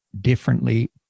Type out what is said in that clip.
differently